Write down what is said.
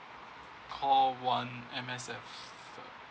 call one M_S_F